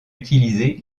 utiliser